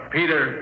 Peter